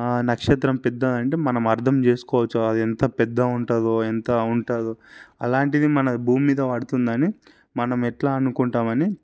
ఆ నక్షత్రం పెద్దది అంటే మనం అర్థం చేసుకోవచ్చు అది ఎంత పెద్దగా ఉంటుందో ఎంత ఉంటుందో అలాంటిది మన భూమి మీద పడుతుందని మనం ఎట్లా అనుకుంటాం అని